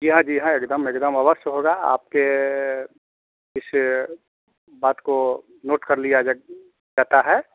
जी हाँ जी हाँ एक दम एक दम अवश्य होगा आपके इस बात को नोट कर लिया जा जाता है